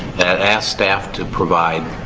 that ask staff to provide.